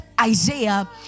Isaiah